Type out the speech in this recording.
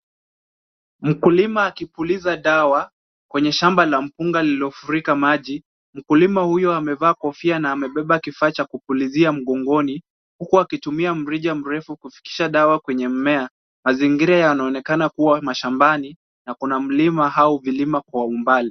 Mkulima akipuliza dawa kwenye shamba la mpunga lililofurika maji. Mkulima huyu amevaa kofia na amebeba kifaa cha kupulizia mgongoni, huku akitumia mrija mrefu kufikisha dawa kwenye mimea. Mazingira yanaonekana kuwa mashambani na kuna mlima au vilima kwa umbali.